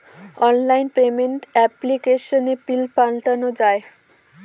online payment এপ্লিকেশনে PIN পাল্টানো যায়